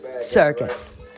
Circus